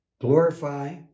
glorify